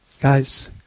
Guys